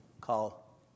call